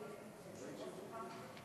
סליחה.